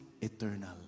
eternal